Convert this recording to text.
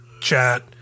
chat